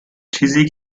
چیزی